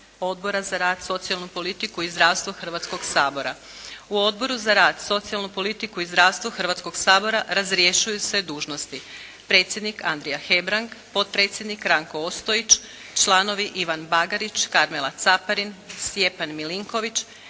Odbora za rad, socijalnu politiku i zdravstvo Hrvatskoga sabora. U Odboru za rad, socijalnu politiku i zdravstvo Hrvatskoga sabora razrješuju se dužnosti predsjednik Andrija Hebrang, potpredsjednik Ranko Ostojić, članovi Ivan Bagarić, Karmela Caparin, Stjepan Milinković,